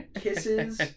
kisses